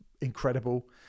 incredible